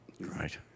Right